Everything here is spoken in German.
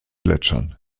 gletschern